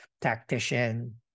tactician